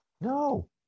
No